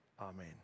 amen